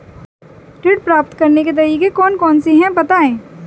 ऋण प्राप्त करने के तरीके कौन कौन से हैं बताएँ?